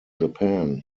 japan